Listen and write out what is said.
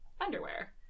underwear